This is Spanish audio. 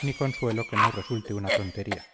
ni consuelo que no resulte una tontería